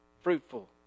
fruitful